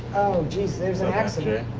jeez. there's an accident.